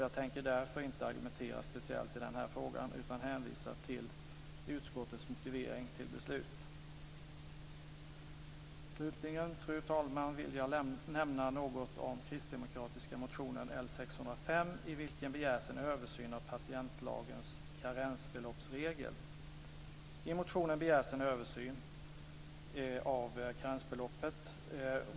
Jag tänker därför inte argumentera speciellt i frågan utan hänvisar till utskottets motivering till beslut. Slutligen, fru talman, vill jag nämna något om den kristdemokratiska motionen L605, i vilken begärs en översyn av patientlagens karensbeloppsregel. I motionen begärs en översyn av karensbeloppet.